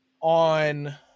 on